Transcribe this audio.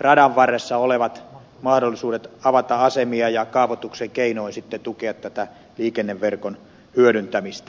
radan varressa olevat mahdollisuudet avata asemia ja kaavoituksen keinoin sitten tukea liikenneverkon hyödyntämistä